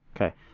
okay